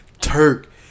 Turk